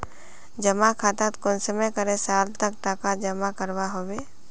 जमा खातात कुंसम करे साल तक टका जमा करवा होबे?